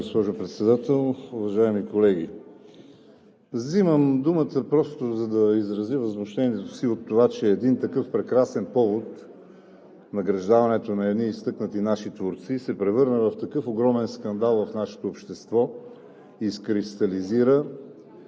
госпожо Председател. Уважаеми колеги! Вземам думата, за да изразя възмущението си от това, че такъв прекрасен повод – награждаването на едни изтъкнати наши творци, се превърна в огромен скандал в нашето общество, изкристализира,